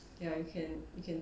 ya you can you can